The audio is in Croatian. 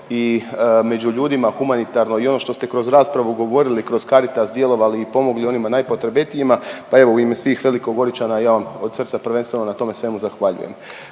i među ljudima humanitarno i ono što ste kroz raspravu govorili kroz Caritas djelovali i pomogli onima najpotrebitijima, pa evo u ime svih Velikogoričana ja vam od srca prvenstveno na tome svemu zahvaljujem.